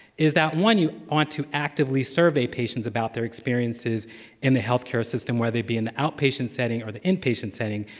is that, one, you want to actively survey patients about their experiences in the healthcare system, whether they be in the outpatient setting or the inpatient setting,